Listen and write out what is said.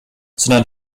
sondern